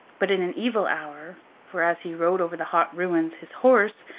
but, in an evil hour for, as he rode over the hot ruins, his horse,